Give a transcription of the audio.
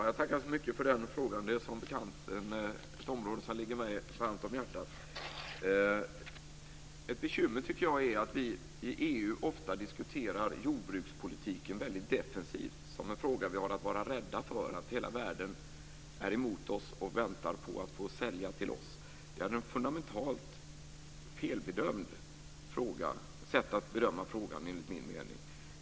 Fru talman! Jag tackar för den frågan. Det är som bekant ett område som ligger mig varmt om hjärtat. Jag tycker att det är ett bekymmer att vi i EU ofta diskuterar jordbrukspolitiken väldigt defensivt som en fråga vi har att vara rädda för, där hela världen är emot oss och väntar på att få sälja till oss. Det är ett fundamentalt fel sätt att bedöma frågan enligt min mening.